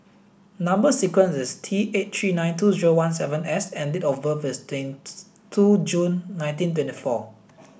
number sequence is T eight three nine two zero one seven S and date of birth is twenty two June nineteen twenty four